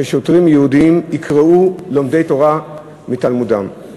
ששוטרים יהודים יקרעו לומדי תורה מתלמודם,